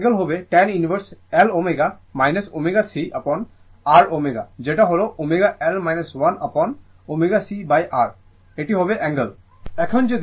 এবং অ্যাঙ্গেল হবে tan inverse L ω ω c upon R ω যেটা হল ω L 1 অ্যাপন ω c R এটি হবে অ্যাঙ্গেল